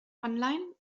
online